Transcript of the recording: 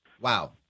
wow